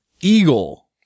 eagle